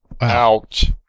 Ouch